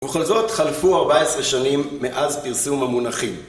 ובכל זאת חלפו 14 שנים מאז פרסום המונחים